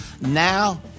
Now